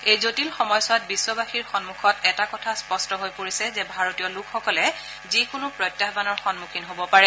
এই জটিল সময়ছোৱাত বিশ্ববাসীৰ সন্মুখত এটা কথা স্পট্ট হৈ পৰিছে যে ভাৰতীয় লোকসকলে যিকোনো প্ৰত্যাহানৰ সন্মুখীন হব পাৰে